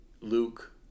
Luke